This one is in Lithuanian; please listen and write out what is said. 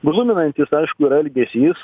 gluminantis aišku yra elgesys